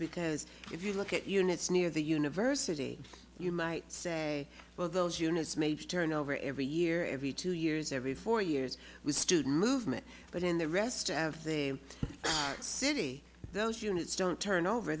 because if you look at units near the university you might say well those units may be turned over every year every two years every four years with student movement but in the rest of the city those units don't turn over